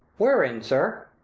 wherein, sir?